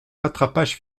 rattrapage